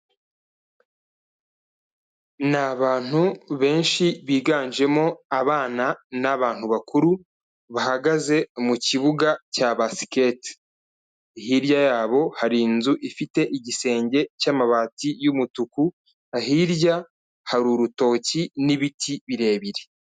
Ni abantu benshi biganjemo abana n'abantu bakuru, bahagaze mu kibuga cya basiketi. Hirya yabo hari inzu ifite igisenge cy'amabati y'umutuku, hirya hari urutoki n'ibiti birebire.